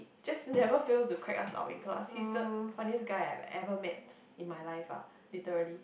just never fails to quack us out in class he's the funniest guy I've ever met in my life ah literally